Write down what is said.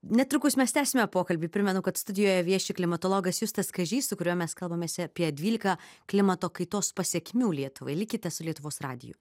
netrukus mes tęsėme pokalbį primenu kad studijoje vieši klimatologas justas kažys su kuriuo mes kalbamės apie dvylika klimato kaitos pasekmių lietuvai likite su lietuvos radiju